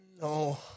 No